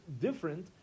different